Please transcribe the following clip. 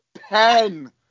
pen